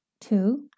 Two